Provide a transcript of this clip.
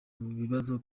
bibazo